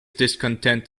discontent